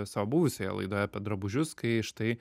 savo buvusioje laidoje apie drabužius kai štai